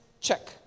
check